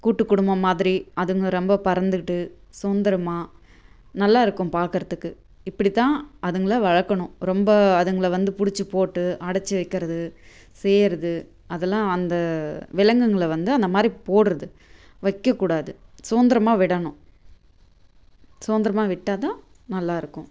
கூட்டுக் குடும்பம் மாதிரி அதுங்க ரொம்ப பறந்துக்கிட்டு சுதந்தரமா நல்லா இருக்கும் பார்க்குறதுக்கு இப்படித் தான் அதுங்கள வளர்க்கணும் ரொம்ப அதுங்களை வந்து பிடிச்சி போட்டு அடைச்சி வைக்கிறது செய்கிறது அதெல்லாம் அந்த விலங்குங்களை வந்து அந்தமாதிரி போடுகிறது வைக்கக்கூடாது சுதந்திரமா விடணும் சுதந்திரமா விட்டல் தான் நல்லா இருக்கும்